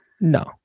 No